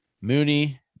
Mooney